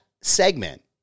segment